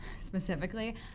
specifically